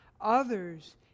Others